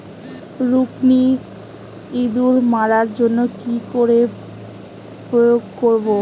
রুকুনি ইঁদুর মারার জন্য কি করে প্রয়োগ করব?